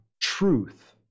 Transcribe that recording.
truth